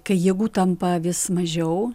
kai jėgų tampa vis mažiau